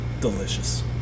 delicious